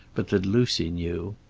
but that lucy knew.